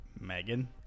Megan